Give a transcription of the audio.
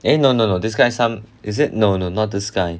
eh no no no this guy some is it no no not this guy